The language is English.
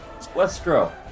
westro